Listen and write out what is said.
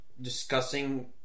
discussing